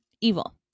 evil